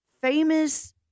famous